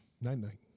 Night-night